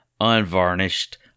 unvarnished